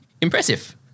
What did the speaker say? impressive